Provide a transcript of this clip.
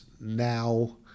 now